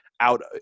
out –